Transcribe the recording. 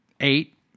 eight